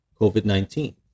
COVID-19